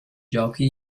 giochi